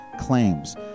claims